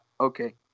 Okay